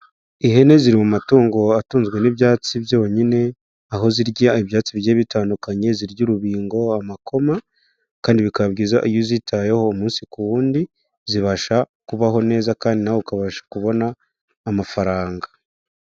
Ihene ziri mu matungo atunzwe n'ibyatsi byonyine, aho zirya ibyatsi bigiye bitandukanye, zirya urubingo, amakoma kandi bikaba byiza iyo uzitayeho umunsi ku w'undi, zibasha kubaho neza kandi nawe ukabasha kubona amafaranga.